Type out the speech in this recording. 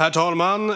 Herr talman!